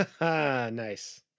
Nice